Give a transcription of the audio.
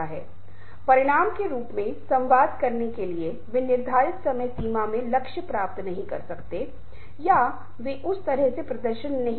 हमने प्रस्तुति के संदर्भ दर्शकों विषय के बारे में बात की जिसे कैसे लेता है और कैसे विकसित करना है